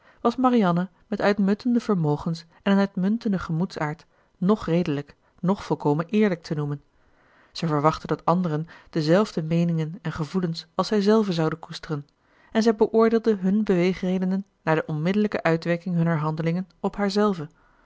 was marianne met uitmuntende vermogens en een uitmuntenden gemoedsaard noch redelijk noch volkomen eerlijk te noemen zij verwachtte dat anderen de zelfde meeningen en gevoelens als zij zelve zouden koesteren en zij beoordeelde hunne beweegredenen naar de onmiddellijke uitwerking hunner handelingen op